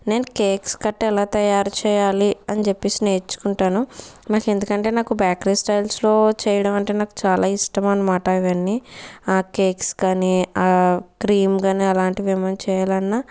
నేను కేక్స్ కట్టా ఎలా తయారు చేయాలి అని చెప్పేసి నేర్చుకుంటాను నాకెందుకంటే నాకు బేకరీ స్టైల్స్లో చేయటం అంటే నాకు చాలా ఇష్టం అన్నమాట ఇవన్నీ ఆ కేక్స్ కాని ఆ క్రీమ్ కాని అలాంటివి ఏమన్నా చేయాలన్నా